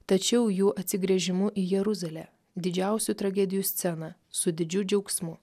tačiau jų atsigręžimu į jeruzalę didžiausių tragedijų sceną su didžiu džiaugsmu